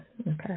okay